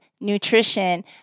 nutrition